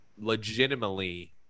legitimately